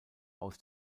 aus